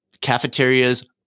Cafeterias